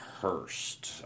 Hurst